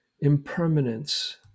Impermanence